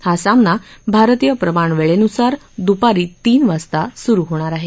हा सामना भारतीय प्रमाणवेळेनुसार दुपारी तीन वाजता सुरू होणार आहे